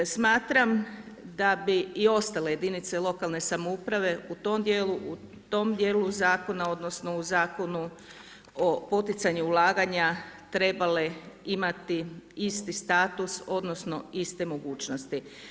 Smatram da bi i ostale jedinice lokalne samouprave u tom dijelu zakona odnosno o Zakonu o poticanju ulaganja trebale imati isti status odnosno iste mogućnosti.